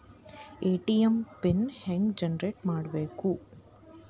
ATM PIN ಹೆಂಗ್ generate ಮಾಡಬೇಕು?